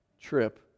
trip